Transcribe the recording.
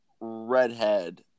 redhead